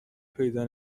پیدا